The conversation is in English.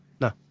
No